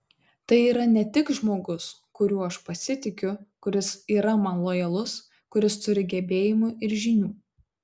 tai yra ne tik žmogus kuriuo aš pasitikiu kuris yra man lojalus kuris turi gebėjimų ir žinių